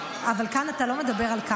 אבל כאן אתה לא מדבר על זה,